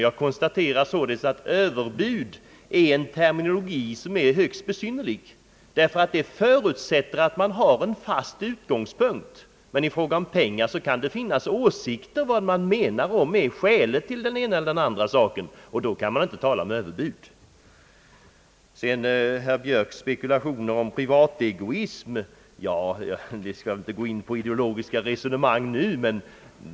Jag konstaterar att överbud är en term som är högst besynnerlig, ty den förutsätter att man har en fast utgångspunkt, men i fråga om pengar kan det finnas olika åsikter om vad man menar är skäligt i det ena eller andra fallet, och då kan man inte tala om överbud. Herr Björks spekulationer om privategoism skall vi inte gå in på nu, ty det är ett ideologiskt resonemang.